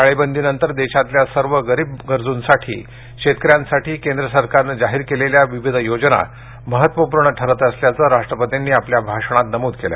टाळेबंदीनंतर देशातल्या सर्व गरीब गरजूंसाठी शेतकऱ्यांसाठी केंद्र सरकारनं जाहीर केलेल्या विविध योजना महत्त्वपूर्ण ठरत असल्याचं राष्ट्रपतींनी आपल्या भाषणात नमूद केलं